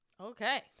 Okay